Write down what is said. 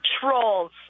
Trolls